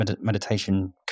meditation